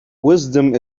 wisdom